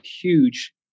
huge